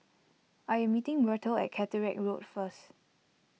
I am meeting Myrtle at Caterick Road first